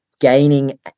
gaining